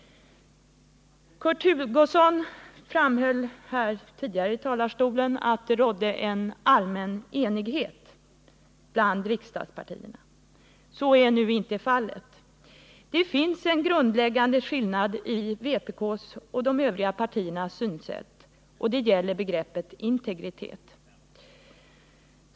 Kurt Hugosson framhöll tidigare här i talarstolen att det rådde en allmän enighet bland riksdagspartierna. Så är nu inte fallet. Det finns en grundläggande skillnad mellan vpk:s och de övriga partiernas synsätt, och det gäller begreppet integritet.